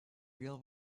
real